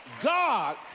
God